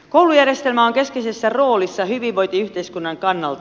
koulujärjestelmä on keskeisessä roolissa hyvinvointiyhteiskunnan kannalta